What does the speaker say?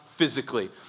physically